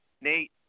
Nate